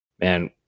man